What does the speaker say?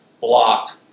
block